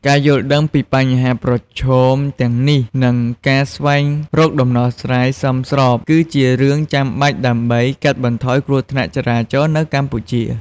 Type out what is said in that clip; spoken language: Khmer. ការយល់ដឹងពីបញ្ហាប្រឈមទាំងនេះ និងការស្វែងរកដំណោះស្រាយសមស្រប គឺជារឿងចាំបាច់ដើម្បីកាត់បន្ថយគ្រោះថ្នាក់ចរាចរណ៍នៅកម្ពុជា។